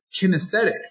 kinesthetic